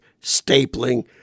stapling